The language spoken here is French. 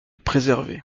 préservé